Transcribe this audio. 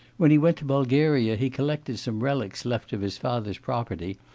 when he went to bulgaria he collected some relics left of his father's property,